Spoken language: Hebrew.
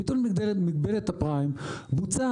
ביטול מגבלת הפריים בוצע